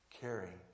caring